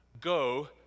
go